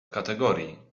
kategorii